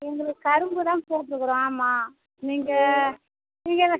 எங்களுக்கு கரும்புதான் போட்டிருக்கோம் ஆமாம் நீங்கள் இங்கே